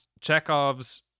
Chekhov's